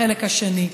בחלק השני.